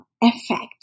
effect